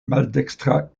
maldekstra